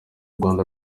rwanda